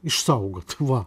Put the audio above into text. išsaugot va